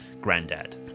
granddad